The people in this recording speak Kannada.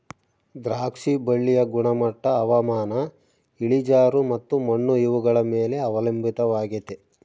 ದ್ರಾಕ್ಷಿ ಬಳ್ಳಿಯ ಗುಣಮಟ್ಟ ಹವಾಮಾನ, ಇಳಿಜಾರು ಮತ್ತು ಮಣ್ಣು ಇವುಗಳ ಮೇಲೆ ಅವಲಂಬಿತವಾಗೆತೆ